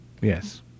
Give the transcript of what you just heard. Yes